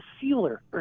sealer